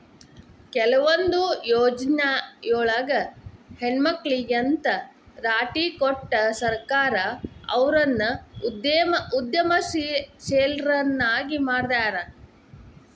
ಕೆಲವೊಂದ್ ಯೊಜ್ನಿಯೊಳಗ ಹೆಣ್ಮಕ್ಳಿಗೆ ಅಂತ್ ರಾಟಿ ಕೊಟ್ಟು ಸರ್ಕಾರ ಅವ್ರನ್ನ ಉದ್ಯಮಶೇಲ್ರನ್ನಾಗಿ ಮಾಡ್ಯಾರ